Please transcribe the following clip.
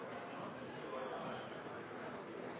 representanten